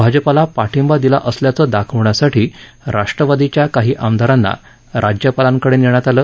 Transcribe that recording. भाजपाला पाठिंबा दिला असल्याचं दाखवण्यासाठी राष्ट्रवादीच्या काही आमदारांना राज्यपालांकडे नेण्यात आलं